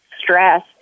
stress